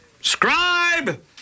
Scribe